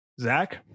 Zach